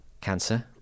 Cancer